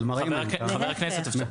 חבר הכנסת, חבר הכנסת, אפשר?